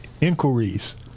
inquiries